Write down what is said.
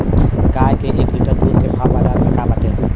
गाय के एक लीटर दूध के भाव बाजार में का बाटे?